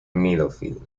midfield